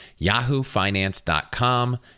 yahoofinance.com